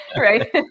right